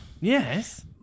Yes